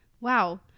wow